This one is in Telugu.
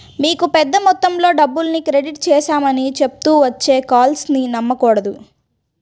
మీకు పెద్ద మొత్తంలో డబ్బుల్ని క్రెడిట్ చేశామని చెప్తూ వచ్చే కాల్స్ ని నమ్మకూడదు